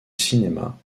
cinéma